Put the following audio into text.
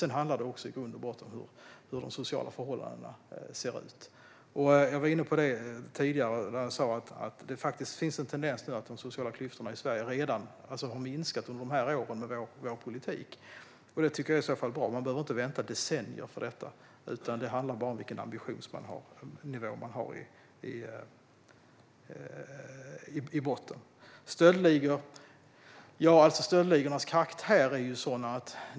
Det andra handlar om hur de sociala förhållandena i grund och botten ser ut. Jag var inne på detta tidigare. Jag sa att det faktiskt finns en tendens att de sociala klyftorna i Sverige har minskat under åren med vår politik. Det tycker jag i så fall är bra. Man behöver inte vänta i decennier på detta. Det handlar bara om vilken ambitionsnivå man har i botten. Sedan gäller det stöldligornas karaktär.